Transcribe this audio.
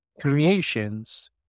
creations